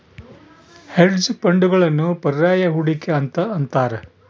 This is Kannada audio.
ಹೆಡ್ಜ್ ಫಂಡ್ಗಳನ್ನು ಪರ್ಯಾಯ ಹೂಡಿಕೆ ಅಂತ ಅಂತಾರ